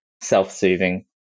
self-soothing